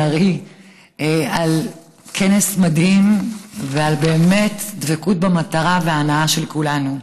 ארי על כנס מדהים ועל דבקות במטרה והנאה של כולנו.